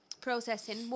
processing